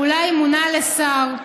הוא אולי מונה לשר,